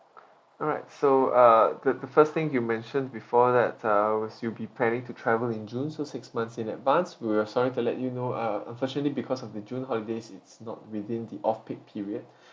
alright so uh the the first thing you mentioned before that ah was you'll be planning to travel in june so six months in advance we're sorry to let you know uh unfortunately because of the june holidays it's not within the off peak period